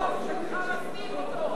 החוק שלך מסמיך אותו,